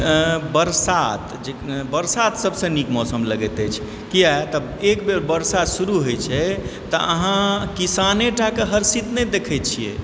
बरसात बरसात सभसे निक मौसम लगैत अछि किया तऽ एक बेर वर्षा शुरु होइ छै तऽ अहाँ किसानेटाके हर्षित नहि देखय छियै